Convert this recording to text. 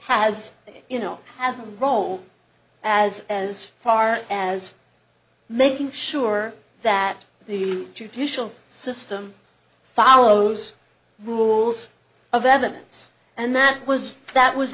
has you know has a role as as far as making sure that the judicial system follows the rules of evidence and that was that was